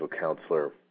counselor